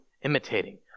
imitating